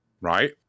right